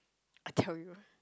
I tell you